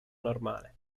normale